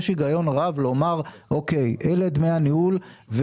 יש היגיון רב לומר שאלה דמי הניהול,